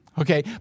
Okay